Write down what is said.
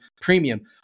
premium